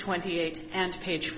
twenty eight and page